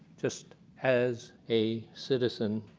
just as a citizen.